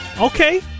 Okay